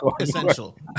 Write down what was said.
essential